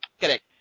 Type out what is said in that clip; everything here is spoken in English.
Correct